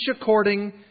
according